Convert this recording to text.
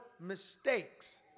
mistakes